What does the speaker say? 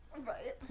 Right